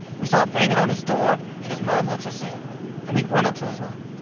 we start banging on his door. and his mom lets us in and we run up to his room.